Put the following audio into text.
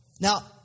Now